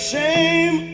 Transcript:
shame